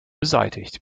beseitigt